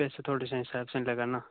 पैसे थोड़े से हिसाब से लगाना